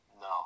No